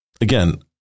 again